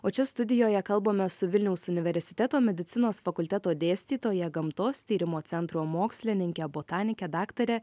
o čia studijoje kalbame su vilniaus universiteto medicinos fakulteto dėstytoja gamtos tyrimo centro mokslininke botanike daktare